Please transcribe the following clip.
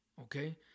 Okay